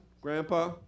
Grandpa